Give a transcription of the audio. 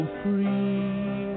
free